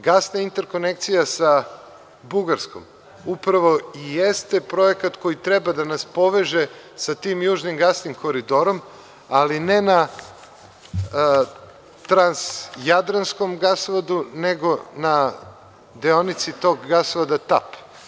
Gasna interkonekcija sa Bugarskom upravo i jeste projekat koji treba da nas poveže sa tim južnim gasnim koridorom, ali ne na Trans-jadranskom gasovodu, nego na deonici tog gasovoda Tap.